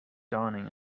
dawning